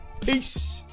Peace